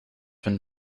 been